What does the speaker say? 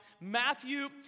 Matthew